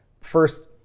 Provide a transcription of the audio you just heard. first